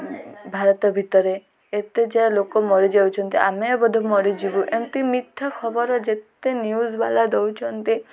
ଭାରତ ଭିତରେ ଏତେ ଯାହା ଲୋକ ମରିଯାଉଛନ୍ତି ଆମେ ବୋଧେ ମରିଯିବୁ ଏମିତି ମିଥ୍ୟା ଖବର ଯେତେ ନ୍ୟୁଜ୍ ବାଲା ଦେଉଛନ୍ତି